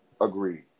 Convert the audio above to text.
Agreed